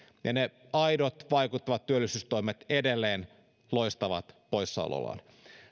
ja ne aidot vaikuttavat työllisyystoimet edelleen loistavat poissaolollaan